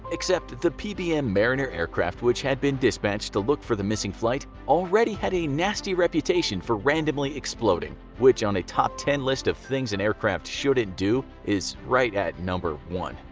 except the pbm mariner aircraft which had been dispatched to look for the missing flight already had a nasty reputation for randomly exploding which on a top ten list of things an and aircraft shouldn't do is right at number one.